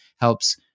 helps